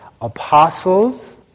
apostles